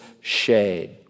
shade